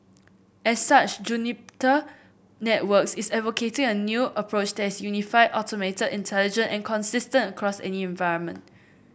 as such Networks is advocating a new approach that is unified automated intelligent and consistent across any environment